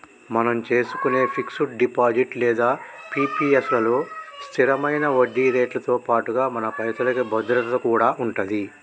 మనం చేసుకునే fix deposit లేదా పి.పి.ఎస్ లలో స్థిరమైన వడ్డీరేట్లతో పాటుగా మన పైసలకి భద్రత కూడా ఉంటది